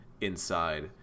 inside